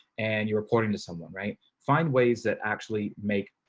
and you're reporting to someone right find ways that actually make